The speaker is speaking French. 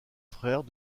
frère